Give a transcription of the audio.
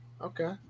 Okay